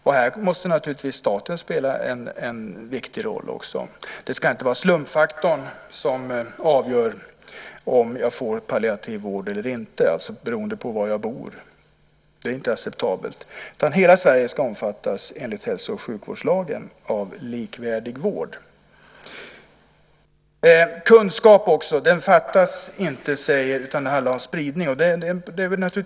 Här måste staten naturligtvis spela en viktig roll. Det ska inte vara slumpfaktorn som avgör om jag får palliativ vård eller inte, alltså beroende på var jag bor. Det är inte acceptabelt. Hela Sverige ska enligt hälso och sjukvårdslagen omfattas av principen om likvärdig vård. Kunskap fattas inte, utan det handlar om spridning, säger ministern.